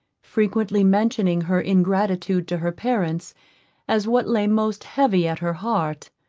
frequently mentioning her ingratitude to her parents as what lay most heavy at her heart.